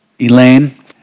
Elaine